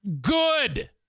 Good